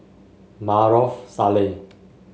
Maarof Salleh